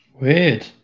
weird